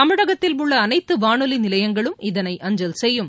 தமிழகத்தில் உள்ள அனைத்து வானொலி நிலையங்களும் இதனை அஞ்சல் செய்யும்